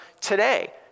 today